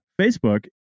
Facebook